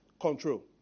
control